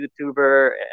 YouTuber